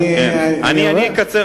אני אצטרך,